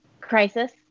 crisis